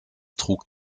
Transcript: trug